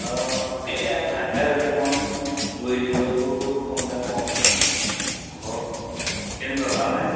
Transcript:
অঁ এয়া ভাত খাই উঠি অকমান বহিছিলো বোলো ফোন এটা কৰোঁচোন ঘৰক কেনেকুৱা ভালনে